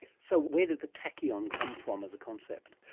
so where did the tachyon come from as a concept?